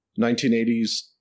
1980s